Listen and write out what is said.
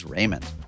Raymond